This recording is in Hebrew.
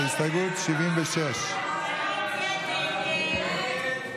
הסתייגות 76. הסתייגות 76 לא